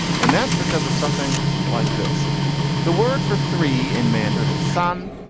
and that's because of something like this the word for three in mandarin is son,